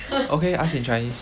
okay ask in chinese